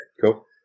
Cool